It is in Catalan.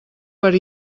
per